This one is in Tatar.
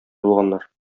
булганнар